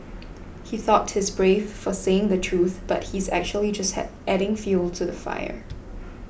he thought he's brave for saying the truth but he's actually just adding fuel to the fire